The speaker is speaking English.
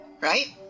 Right